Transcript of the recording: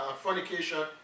fornication